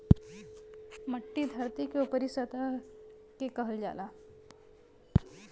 मट्टी धरती के ऊपरी सतह के कहल जाला